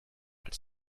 als